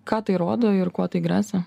ką tai rodo ir kuo tai gresia